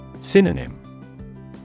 Synonym